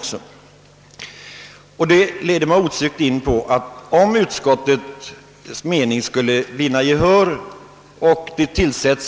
Jag kan därför inte komma ifrån att den utredning som utskottet förordat också bör ta reda på vilka